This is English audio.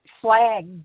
flag